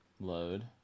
Load